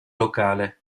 locale